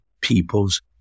people's